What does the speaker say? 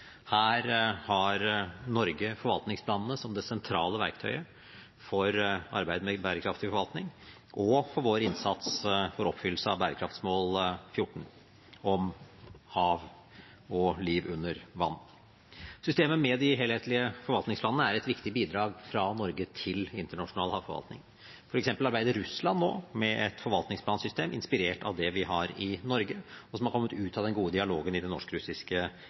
Her har Norge forvaltningsplanene som det sentrale verktøyet for arbeidet med bærekraftig forvaltning og for vår innsats for oppfyllelse av bærekraftmål 14, om hav og liv under vann. Systemet med de helhetlige forvaltningsplanene er et viktig bidrag fra Norge til internasjonal havforvaltning. For eksempel arbeider Russland nå med et forvaltningsplansystem inspirert av det vi har i Norge, og som har kommet ut av den gode dialogen i